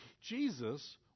Jesus